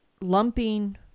Lumping